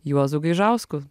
juozu gaižausku